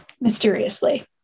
mysteriously